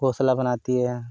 घोंसला बनाती है